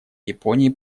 японии